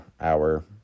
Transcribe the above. hour